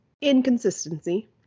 inconsistency